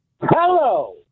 Hello